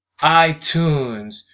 iTunes